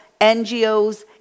NGOs